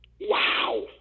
Wow